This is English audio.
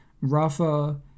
Rafa